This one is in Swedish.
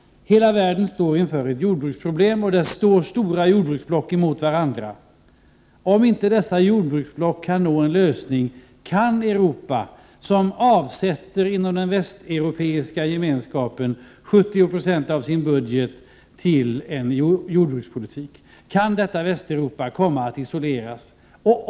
Hela världen står ju inför ett jordbruksproblem. Stora jordbruksblock står mot varandra. Om man inom dessa jordbruksblock inte kan komma fram till en lösning, kan Europa — som inom den Västeuropeiska gemenskapen utnyttjar 70 70 av sin budget för jordbrukspolitiken — komma att isoleras.